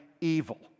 evil